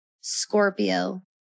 Scorpio